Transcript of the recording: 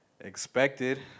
expected